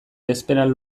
bezperan